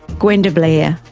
gwenda blair,